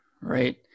Right